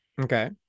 okay